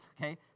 okay